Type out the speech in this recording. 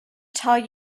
tell